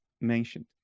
mentioned